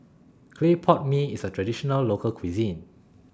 Clay Pot Mee IS A Traditional Local Cuisine